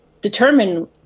determine